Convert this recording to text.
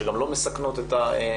שגם לא מסכנות את הנבדקת,